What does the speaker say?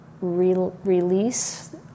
release